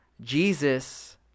Jesus